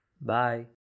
Bye